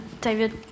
David